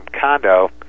condo